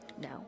no